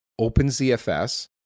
OpenZFS